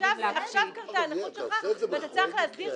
ועכשיו קרתה הנכות שלך ואתה צריך להסדיר,